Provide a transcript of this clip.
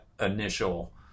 Initial